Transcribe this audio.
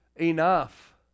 enough